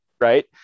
right